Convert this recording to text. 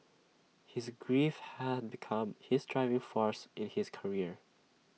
his grief had become his driving force in his career